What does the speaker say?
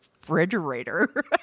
refrigerator